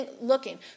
looking